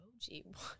Emoji